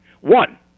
One